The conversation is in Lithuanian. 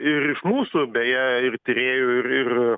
ir iš mūsų beje ir tyrėjų ir ir